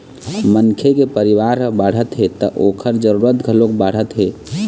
मनखे के परिवार ह बाढ़त हे त ओखर जरूरत घलोक बाढ़त हे